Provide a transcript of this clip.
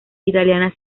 italiana